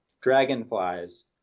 Dragonflies